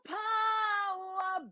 power